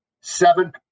seven